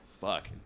Fuck